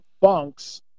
bunks